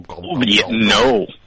No